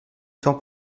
tant